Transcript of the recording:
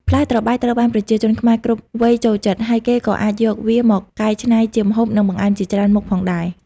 ផ្លែត្របែកត្រូវបានប្រជាជនខ្មែរគ្រប់វ័យចូលចិត្ត ហើយគេក៏អាចយកវាមកកែច្នៃជាម្ហូប និងបង្អែមជាច្រើនមុខផងដែរ។